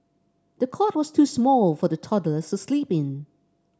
the cot was too small for the toddler to sleep in